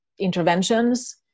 interventions